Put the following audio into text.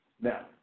Now